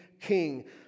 king